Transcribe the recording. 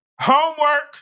Homework